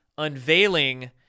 unveiling